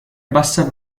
bassa